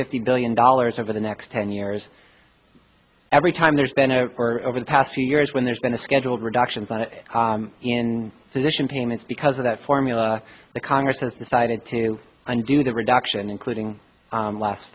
fifty billion dollars over the next ten years every time there's been a or over the past few years when there's been a scheduled reduction in position payments because of that formula the congress has decided to undo the reduction including last